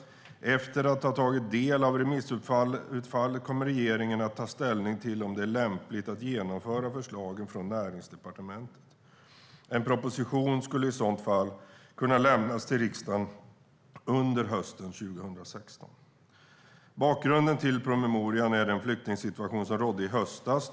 Efter att ha tagit del av remissutfallet kommer regeringen att ta ställning till om det är lämpligt att genomföra förslagen från Näringsdepartementet. En proposition skulle i sådant fall kunna lämnas till riksdagen under hösten 2016. Bakgrunden till promemorian är den flyktingsituation som rådde i höstas.